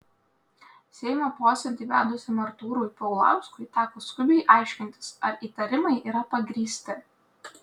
seimo posėdį vedusiam artūrui paulauskui teko skubiai aiškintis ar įtarimai yra pagrįsti